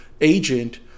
agent